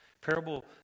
Parable